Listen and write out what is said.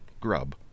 grub